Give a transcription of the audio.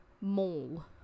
mall